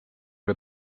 aga